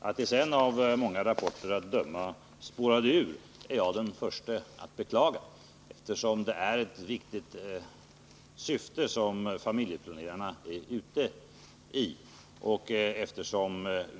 Att det sedan av många rapporter att döma kan ha spårat ur är jag den förste att beklaga, eftersom det är ett viktigt syfte som familjeplanerarna är ute i.